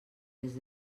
des